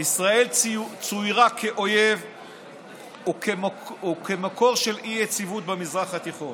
ישראל צוירה כאויב וכמקור של אי-יציבות במזרח התיכון.